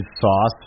sauce